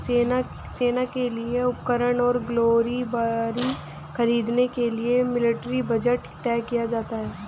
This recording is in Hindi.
सेना के लिए उपकरण और गोलीबारी खरीदने के लिए मिलिट्री बजट तय किया जाता है